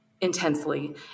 intensely